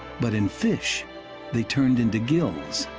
but in fish they turned into gills